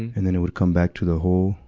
and then it would come back to the hole,